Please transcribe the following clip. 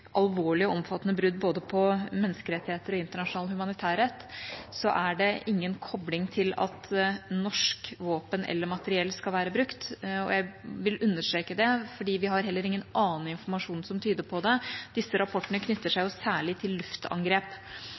alvorlig og omfattende brudd på både menneskerettigheter og internasjonal humanitær rett, er det ingen kobling til at norsk våpen eller materiell skal være brukt. Jeg vil understreke det, fordi vi har heller ingen annen informasjon som tyder på det. Disse rapportene knytter seg særlig til luftangrep.